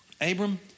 Abram